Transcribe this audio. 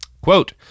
Quote